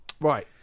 Right